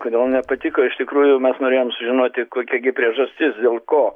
kodėl nepatiko iš tikrųjų mes norėjom sužinoti kokia gi priežastis dėl ko